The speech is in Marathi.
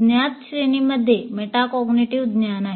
ज्ञात श्रेणींमध्ये मेटाकॉग्निटिव्ह ज्ञान आहे